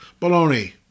Baloney